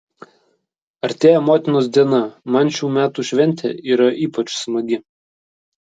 artėja motinos diena man šių metų šventė yra ypač smagi